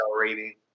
rating